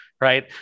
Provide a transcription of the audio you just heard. Right